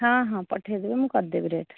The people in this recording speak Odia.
ହଁ ହଁ ପଠେଇଦେବେ ମୁଁ କରିଦେବି ରେଟ୍